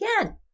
again